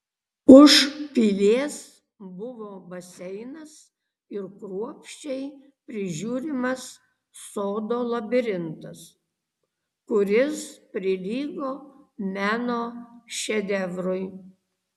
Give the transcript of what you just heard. už pilies buvo baseinas ir kruopščiai prižiūrimas sodo labirintas kuris prilygo meno šedevrui